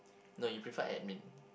no you prefer admin